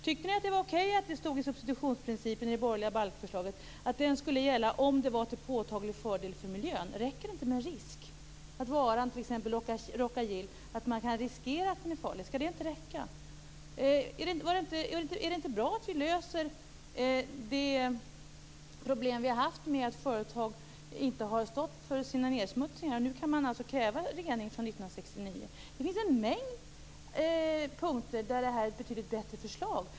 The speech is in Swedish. Tycker ni att det var okej att det stod i substitutionsprincipen i det borgerliga balkförslaget att den skulle gälla om det var till påtaglig fördel för miljön? Räcker det inte med en risk för att varan är farlig, t.ex. Rhoca-Gil? Är det inte bra att vi löser de problem vi har haft med att företag inte har stått för sina nedsmutsningar? Nu kan man alltså kräva rening från Det finns en mängd punkter där det här är ett betydligt bättre förslag.